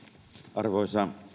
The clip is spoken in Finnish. arvoisa